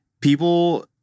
people